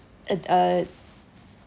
a uh